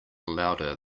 louder